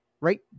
right